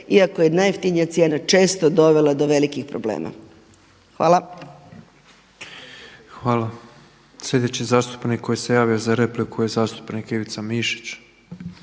iako je najjeftinija cijena često dovela do velikih problema. Hvala. **Petrov, Božo (MOST)** Hvala. Sljedeći zastupnik koji se javio za repliku je zastupnik Ivica Mišić.